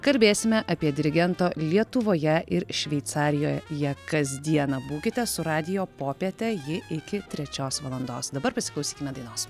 kalbėsime apie dirigento lietuvoje ir šveicarijo je kasdieną būkite su radijo popiete ji iki trečios valandos dabar pasiklausykime dainos